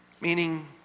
Meaning